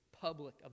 public